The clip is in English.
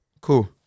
Cool